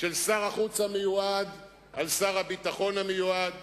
של שר החוץ המיועד על שר הביטחון המיועד,